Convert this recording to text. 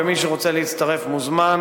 ומי שרוצה להצטרף מוזמן,